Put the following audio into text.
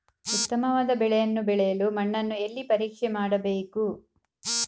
ಉತ್ತಮವಾದ ಬೆಳೆಯನ್ನು ಬೆಳೆಯಲು ಮಣ್ಣನ್ನು ಎಲ್ಲಿ ಪರೀಕ್ಷೆ ಮಾಡಬೇಕು?